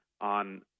on